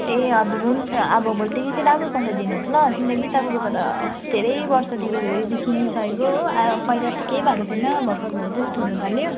ए हजुर हुन्छ अब भोलिदेखि चाहिँ राम्रो पठाइ दिनुहोस् ल किन कि तपाईँकोबाट धरै वर्षदेखि किनी सकेको पहिला त केही भएको थिएन भर्खर भर्खर यस्तो हुनुथाल्यो